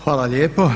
Hvala lijepo.